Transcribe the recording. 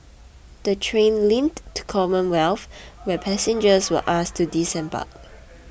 the train limped to Commonwealth where passengers were asked to disembark